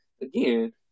again